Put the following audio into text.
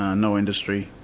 ah no industry,